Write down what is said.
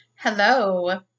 Hello